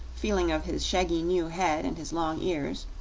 feeling of his shaggy new head and his long ears.